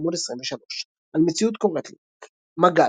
עמ' 23. על "מציאות קוראת לי" מג"ל.